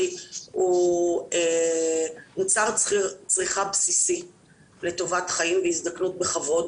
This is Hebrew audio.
הוא מוצר צריכה בסיסי לטובת חיים והזדקנות בכבוד